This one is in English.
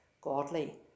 godly